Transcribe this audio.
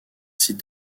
site